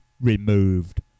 removed